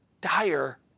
dire